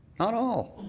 not all.